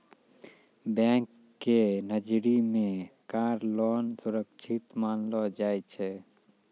bank के नजरी मे कार लोन सुरक्षित मानलो जाय छै